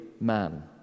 man